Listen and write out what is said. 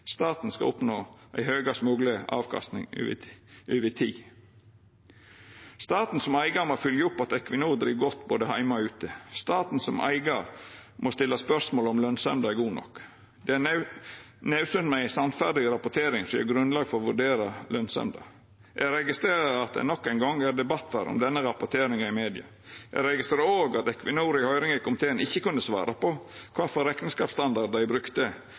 Staten skal oppnå ei høgast mogleg avkastning over tid. Staten som eigar må fylgja opp at Equinor driv godt både heime og ute. Staten som eigar må stilla spørsmål om lønsemda er god nok. Det er naudsynt med ei sannferdig rapportering som gjev grunnlag for å vurdera lønsemda. Eg registrerer at det nok ein gong er debattar om denne rapporteringa i media. Eg registrer òg at Equinor i høyringa i komiteen ikkje kunne svara på kva for rekneskapsstandard dei brukte